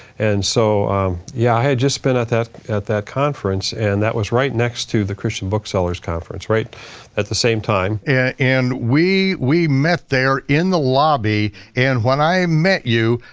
and so yeah, i had just been at that at that conference and that was right next to the christian bookseller's conference at the same time. and we we met there in the lobby and when i met you,